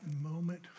moment